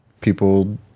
people